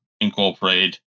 Incorporated